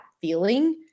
feeling